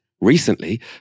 recently